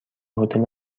هتل